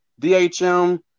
DHM